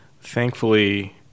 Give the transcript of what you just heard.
thankfully